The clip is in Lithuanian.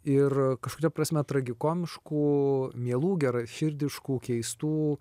ir kažkuria prasme tragikomiškų mielų geraširdiškų keistų